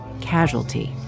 casualty